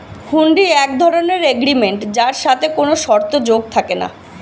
হুন্ডি এক ধরণের এগ্রিমেন্ট যার সাথে কোনো শর্ত যোগ থাকে না